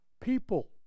people